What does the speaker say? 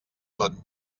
són